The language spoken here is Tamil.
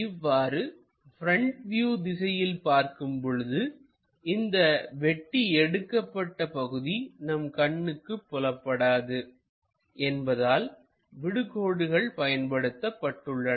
இவ்வாறு ப்ரெண்ட் வியூ திசையில் பார்க்கும் பொழுதுஇந்த வெட்டி எடுக்கப்பட்ட பகுதி நம் கண்ணுக்கு புலப்படாது என்பதால் விடு கோடுகள் பயன்படுத்தப்பட்டுள்ளன